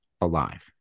alive